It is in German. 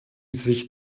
sich